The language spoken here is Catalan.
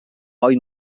boi